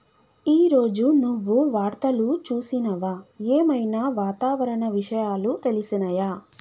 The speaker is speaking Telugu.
ఈ రోజు నువ్వు వార్తలు చూసినవా? ఏం ఐనా వాతావరణ విషయాలు తెలిసినయా?